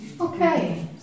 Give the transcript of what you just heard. Okay